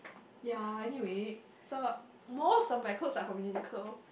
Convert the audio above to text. ya anyway so most of my clothes are from Uniqlo